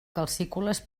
calcícoles